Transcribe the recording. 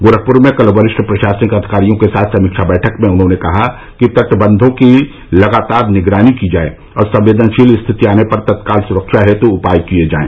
गोरखपुर में कल वरिष्ठ प्रशासनिक अधिकारियों के साथ समीक्षा बैठक में उन्होंने कहा कि तटबन्यों की लगातार निगरानी की जाए और संवेदनशील स्थिति आने पर तत्काल सुरक्षा हेतु उपाय किए जाएं